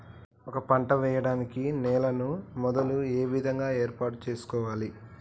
ఒక పంట వెయ్యడానికి నేలను మొదలు ఏ విధంగా ఏర్పాటు చేసుకోవాలి?